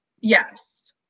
Yes